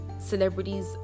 celebrities